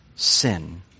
sin